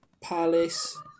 Palace